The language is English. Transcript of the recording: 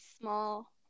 small